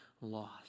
lost